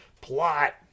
plot